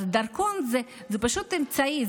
אז דרכון זה פשוט אמצעי,